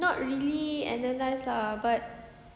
not really analyse lah but